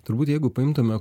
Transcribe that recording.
turbūt jeigu paimtume